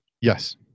yes